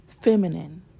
feminine